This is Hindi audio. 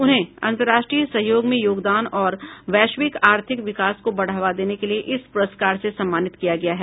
उन्हें अंतर्राष्ट्रीय सहयोग में योगदान और वैश्विक अर्थिक विकास को बढ़ावा देने के लिए इस पुरस्कार से सम्मानित किया गया है